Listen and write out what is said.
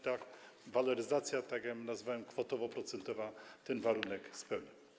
Ta waloryzacja, jak ją nazwałem, kwotowo-procentowa ten warunek spełnia.